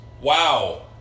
Wow